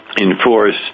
enforce